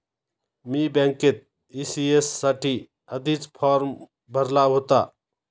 मी बँकेत ई.सी.एस साठी आधीच फॉर्म भरला होता